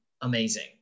amazing